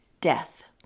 death